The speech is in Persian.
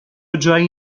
جایی